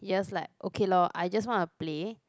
you just like okay lor I just want to play